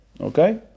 Okay